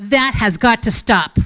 that has got to stop